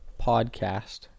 Podcast